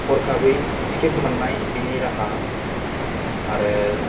हरखाबै टिकिट मोन्नाय बेनि राहा आरो